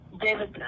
David